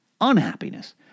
unhappiness